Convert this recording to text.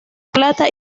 plata